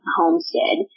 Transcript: homestead